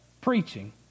preaching